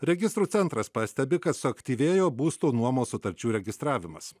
registrų centras pastebi kad suaktyvėjo būsto nuomos sutarčių registravimas